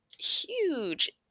Huge